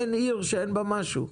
אין עיר שאין בה משהו.